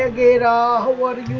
and data